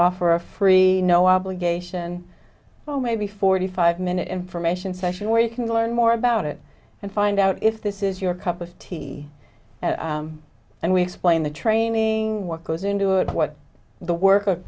offer a free no obligation so maybe forty five minute information session where you can learn more about it and find out if this is your cup of tea and we explain the training what goes into it what the work